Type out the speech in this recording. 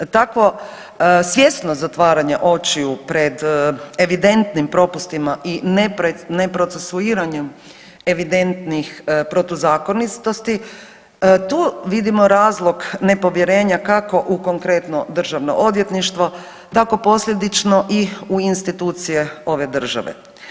Takvo svjesno zatvaranje očiju pred evidentnim propustima i neprocesuiranjem evidentnih protuzakonitosti tu vidimo razlog nepovjerenja kako u konkretno državno odvjetništvo, tako posljedično i u institucije ove države.